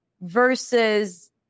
versus